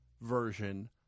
version